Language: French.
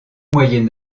moyen